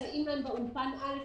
מסייעים להם באולפן א',